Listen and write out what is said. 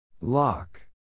Lock